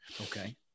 Okay